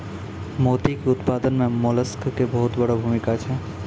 मोती के उपत्पादन मॅ मोलस्क के बहुत वड़ो भूमिका छै